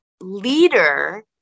leader